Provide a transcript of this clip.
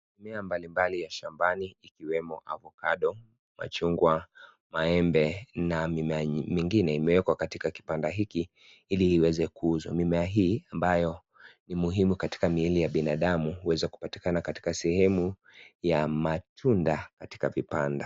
Mimea mbalimbali ya shambani ikiwemo avacado ,machungwa, maembe na mimea mengine imeekwa katika kipanda hiki ili iweze kuuzwa. Mimea hii ambayo ni muhimu katika miili ya binadamu huweza patikana katika sehemu ya matunda katika vipanda.